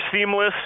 Seamless